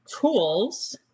tools